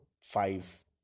five